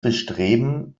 bestreben